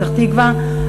פתח-תקווה,